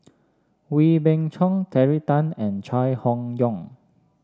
Wee Beng Chong Terry Tan and Chai Hon Yoong